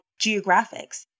geographics